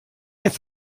ist